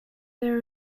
their